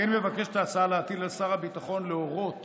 כמו כן מבקשת ההצעה להטיל על שר הביטחון להורות